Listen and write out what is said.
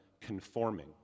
conforming